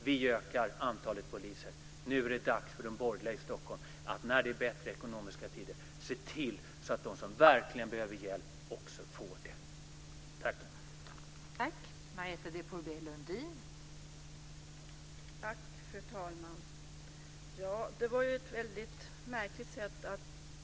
Vi ökar antalet poliser. Nu är det dags för de borgerliga i Stockholm att se till att de som verkligen behöver hjälp också får det, när det är bättre ekonomiska tider.